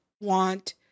want